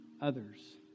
others